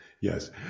yes